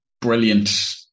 Brilliant